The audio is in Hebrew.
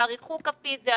על הריחוק הפיזי,